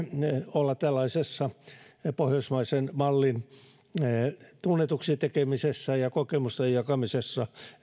olla mukana tällaisessa pohjoismaisen mallin tunnetuksi tekemisessä ja kokemusten jakamisessa